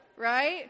right